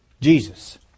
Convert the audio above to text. Jesus